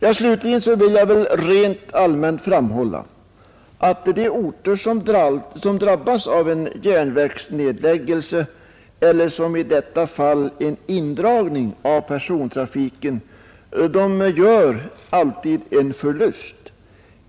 Avslutningsvis vill jag rent allmänt framhålla att de orter som drabbas av en järnvägsnedläggelse, eller som i detta fall en indragning av persontrafiken, alltid gör en förlust.